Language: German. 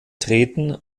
treten